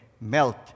melt